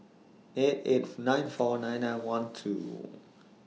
eight eight nine four nine nine one two